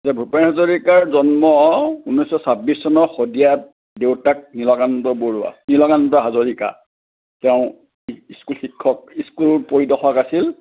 ভূপেন হাজৰিকাৰ জন্ম ঊনৈছশ ছাব্বিছ চনৰ শদিয়াত দেউতাক নীলকান্ত বৰুৱা নীলকান্ত হাজৰিকা তেওঁ স্কুল শিক্ষক স্কুল পৰিদৰ্শক আছিল